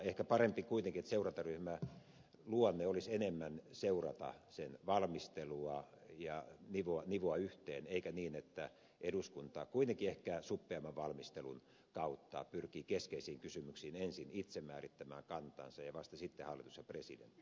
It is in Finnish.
ehkä parempi kuitenkin että seurantaryhmän luonne olisi enemmän seurata sen valmistelua ja nivoa yhteen eikä niin että eduskunta kuitenkin ehkä suppeamman valmistelun kautta pyrkii keskeisiin kysymyksiin ensin itse määrittämään kantansa ja vasta sitten hallitus ja presidentti